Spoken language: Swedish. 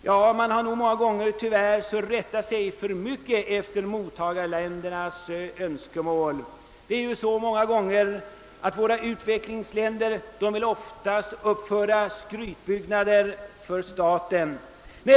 Ja, många gånger har man tyvärr rättat sig alltför mycket efter mottagarländernas önskemål. I utvecklingsländerna vill man t.ex. nämligen många gånger uppföra skrytbyggnader för staten.